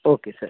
okay sir